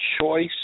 choice